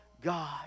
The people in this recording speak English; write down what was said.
God